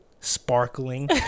Sparkling